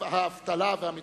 האבטלה והמתיחויות.